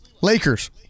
Lakers